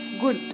good